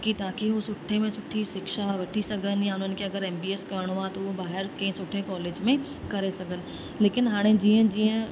कि ताकी हू सुठे में सुठी शिक्षा वठी सघनि या उन्हनि खे अगरि एम बी बी एस करिणो आहे त हू ॿाहिरि कंहिं सुठे कॉलेज में करे सघनि लेकिन हाणे जीअं जीअं